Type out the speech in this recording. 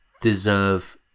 deserve